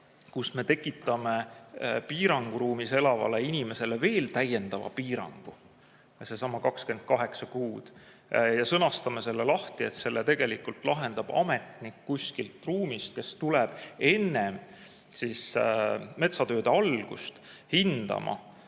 kus me tekitame piiranguruumis elavale inimesele veel täiendava piirangu, seesama 28 kuud, ja sõnastame selle lahti nii, et selle lahendab ametnik kuskilt ruumist, kes tuleb enne siis metsatööde algust hindama,